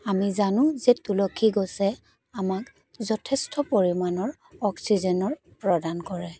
আমি জানোঁ যে তুলসী গছে আমাক যথেষ্ট পৰিমাণৰ অক্সিজেনৰ প্ৰদান কৰে